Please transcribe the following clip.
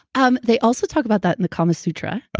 um they also talk about that in the kama sutra. ah,